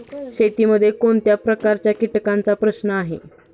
शेतीमध्ये कोणत्या प्रकारच्या कीटकांचा प्रश्न आहे?